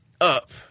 up